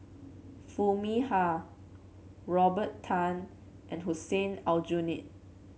Foo Mee Har Robert Tan and Hussein Aljunied